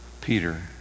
Peter